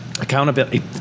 Accountability